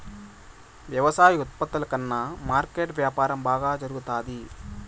వ్యవసాయ ఉత్పత్తుల కన్నా మార్కెట్ వ్యాపారం బాగా జరుగుతాది